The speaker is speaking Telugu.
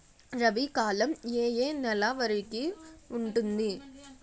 రబీ కాలం ఏ ఏ నెల వరికి ఉంటుంది?